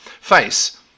face